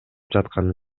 жатканын